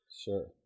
sure